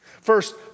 First